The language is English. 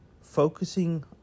focusing